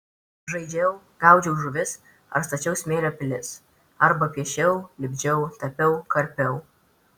žaidžiau gaudžiau žuvis ar stačiau smėlio pilis arba piešiau lipdžiau tapiau karpiau